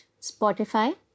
Spotify